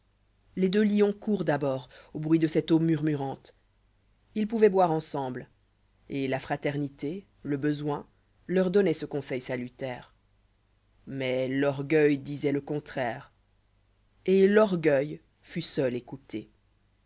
les deux lions courent d'abord au bruit de cette eau murmurante ils poûvoient boire ensemble et la fraternité le besoin leur donnoient ce conseil salutaire mais l'orgueil disoit le contraire et l'orgueil fut seul écouté